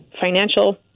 financial